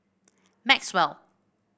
Maxwell